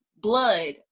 blood